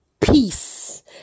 Peace